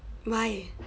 why